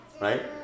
right